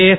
S